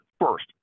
First